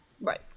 Right